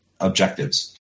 objectives